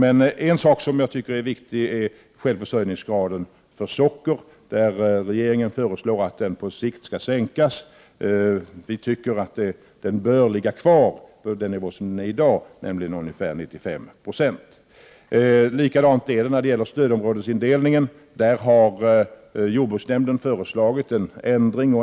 En fråga som jag tycker är viktig är självförsörjningsgraden för socker. Regeringen föreslår att den på sikt skall sänkas. Vi tycker att den bör ligga kvar på den nivå den har i dag, nämligen ungefär 95 90. Likadant är det när det gäller stödområdesindelningen. Jordbruksnämnden har föreslagit en ändring.